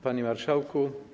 Panie Marszałku!